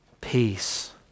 peace